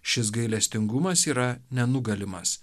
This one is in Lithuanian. šis gailestingumas yra nenugalimas